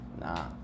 Nah